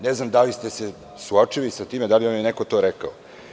Ne znam da li ste se suočili sa time, da li vam je neko to rekao.